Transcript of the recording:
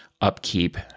upkeep